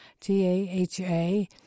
T-A-H-A